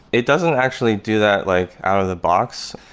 it doesn't actually do that like out of the box.